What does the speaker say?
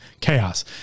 chaos